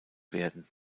werden